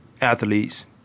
athletes